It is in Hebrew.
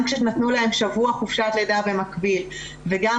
גם כשנתנו להם שבוע חופשת לידה במקביל וגם